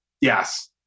Yes